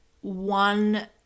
one